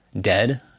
dead